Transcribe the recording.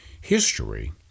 History